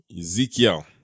Ezekiel